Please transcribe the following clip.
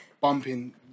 Bumping